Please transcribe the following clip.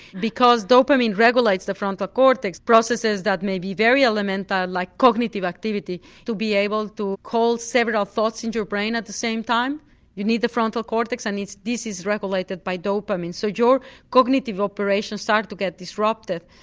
because dopamine regulates the frontal cortex, processes that may be very elemental like cognitive activity to be able to call several thoughts into your brain at the same time you need the frontal cortex, and this is regulated by dopamine. so your cognitive operations start to get disrupted.